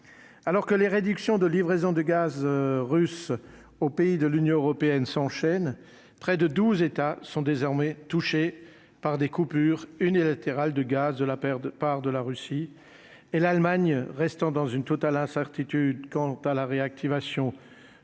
alors que les réductions de livraisons de gaz russe au pays de l'Union européenne s'enchaînent, près de 12 États sont désormais touchés par des coupures unilatérales de gaz de la perte de part de la Russie et l'Allemagne restant dans une totale incertitude quant à la réactivation